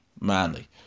manly